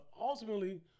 ultimately